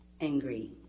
angry